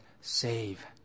save